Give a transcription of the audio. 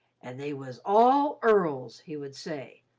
and they was all earls! he would say,